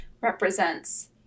represents